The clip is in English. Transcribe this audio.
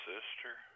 sister